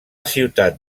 ciutat